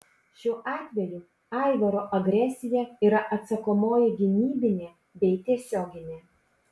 šiuo atveju aivaro agresija yra atsakomoji gynybinė bei tiesioginė